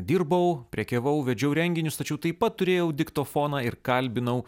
dirbau prekiavau vedžiau renginius tačiau taip pat turėjau diktofoną ir kalbinau